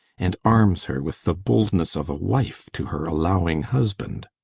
and arms her with the boldness of a wife to her allowing husband!